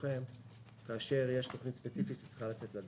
אישורכם כאשר יש תוכנית ספציפית שצריכה לצאת לדרך.